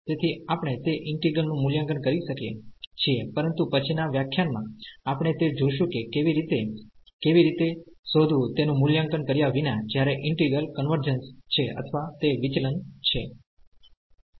તેથી આપણે તે ઈન્ટિગ્રલનું મૂલ્યાંકન કરી શકીએ છીએ પરંતુ પછીનાં વ્યાખ્યાનમાં આપણે તે જોશું કે કેવી રીતે કેવી રીતે શોધવું તેનું મૂલ્યાંકન કર્યા વિના જ્યારે ઈન્ટિગ્રલકન્વર્જન્સ છે અથવા તે વિચલન છે